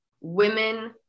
women